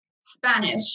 Spanish